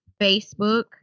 Facebook